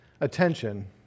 attention